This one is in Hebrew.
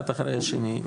אחד אחרי השני,